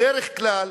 בדרך כלל,